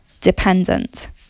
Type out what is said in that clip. dependent